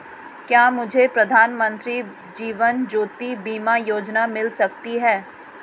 क्या मुझे प्रधानमंत्री जीवन ज्योति बीमा योजना मिल सकती है?